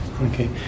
Okay